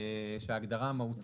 הערתם את הדב.